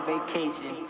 vacation